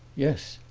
yes,